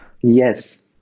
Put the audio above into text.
Yes